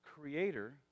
creator